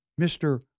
Mr